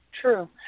True